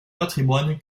patrimoine